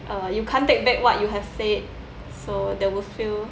uh you can't take back what you have said so they will feel